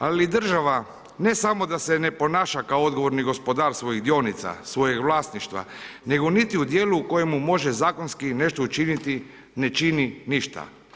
Ali država ne samo da se ne ponaša kao odgovorni gospodar svojih dionica, svojeg vlasništva, nego niti u djelu u kojemu može zakonski nešto učiniti, ne čini ništa.